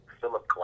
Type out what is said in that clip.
Philip